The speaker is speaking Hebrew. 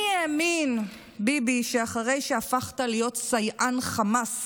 מי האמין, ביבי, שאחרי שהפכת להיות סייען חמאס